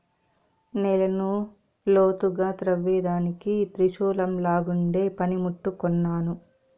నేలను లోతుగా త్రవ్వేదానికి త్రిశూలంలాగుండే పని ముట్టు కొన్నాను